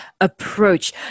approach